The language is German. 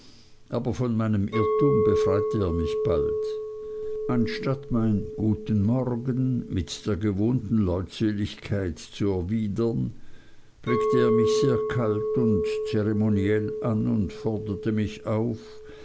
aber von meinem irrtum befreite er mich bald anstatt mein guten morgen mit der gewohnten leutseligkeit zu erwidern blickte er mich sehr kalt und zeremoniell an und forderte mich auf